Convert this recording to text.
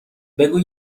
بگو